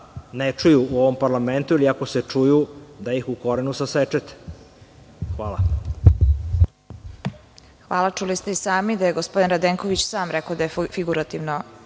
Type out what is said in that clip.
ne čuju u ovom parlamentu ili ako se čuju da ih u korenu sasečete Hvala. **Vesna Kovač** Čuli ste i sami da je gospodin Radenković sam rekao da je figurativno